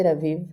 תל אביב עיינות,